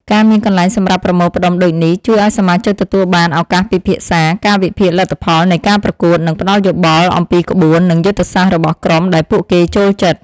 ការមានកន្លែងសម្រាប់ប្រមូលផ្តុំដូចនេះ ជួយឲ្យសមាជិកទទួលបានឱកាសពិភាក្សា ការវិភាគលទ្ធផលនៃការប្រកួត និងផ្តល់យោបល់អំពីក្បួន និងយុទ្ធសាស្ត្ររបស់ក្រុមដែលពួកគេចូលចិត្ត។